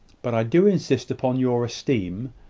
but i do insist upon your esteem,